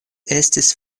estis